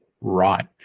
right